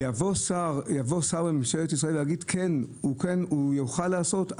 ויבוא שר בממשלת ישראל ויגיד: הוא יוכל לעבור מן המסגרת,